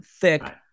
thick